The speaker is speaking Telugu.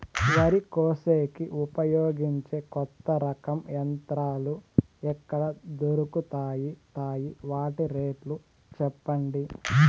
వరి కోసేకి ఉపయోగించే కొత్త రకం యంత్రాలు ఎక్కడ దొరుకుతాయి తాయి? వాటి రేట్లు చెప్పండి?